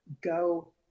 go